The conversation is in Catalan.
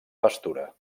pastura